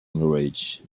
rich